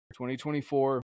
2024